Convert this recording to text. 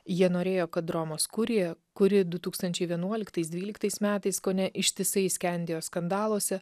jie norėjo kad romos kurija kuri du tūkstančiai vienuoliktais dvyliktais metais kone ištisai skendėjo skandaluose